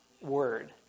word